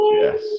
yes